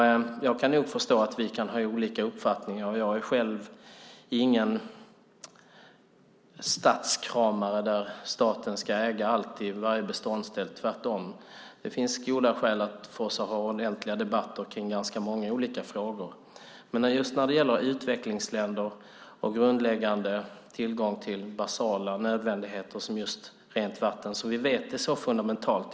Jag kan förstå att vi har olika uppfattning. Jag är själv ingen statskramare som anser att staten ska äga allting, varje beståndsdel, tvärtom. Det finns goda skäl för oss att ha ordentliga debatter i ganska många olika frågor. Men här gäller det utvecklingsländer och grundläggande tillgång till basala nödvändigheter som rent vatten, som vi vet är så fundamentalt.